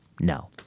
No